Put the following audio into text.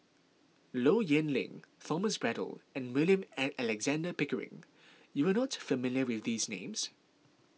Low Yen Ling Thomas Braddell and William an Alexander Pickering you are not familiar with these names